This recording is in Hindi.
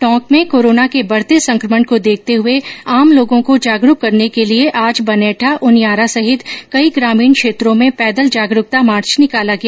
टोंक में कोरोना के बढते संकमण को देखते हुए आमलोगों को जागरूक करने के लिए आज बनेठा उनियारा सहित कई ग्रामीण क्षेत्रों में पैदल जागरूकता मार्च निकाला गया